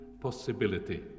possibility